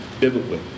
biblically